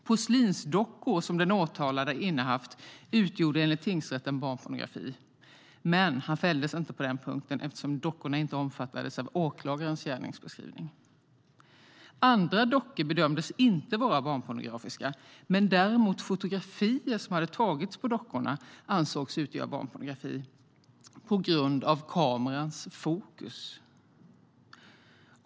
Porslinsdockor som den åtalade innehaft utgjorde enligt tingsrätten barnpornografi, men han fälldes inte på den punkten eftersom dockorna inte omfattades av åklagarens gärningsbeskrivning. Andra dockor bedömdes inte vara barnpornografiska, men däremot ansågs fotografier som hade tagits på dockorna utgöra barnpornografi - på grund av kamerans fokus.